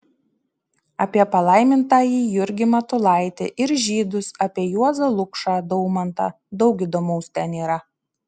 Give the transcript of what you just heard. apie palaimintąjį jurgį matulaitį ir žydus apie juozą lukšą daumantą daug įdomaus ten yra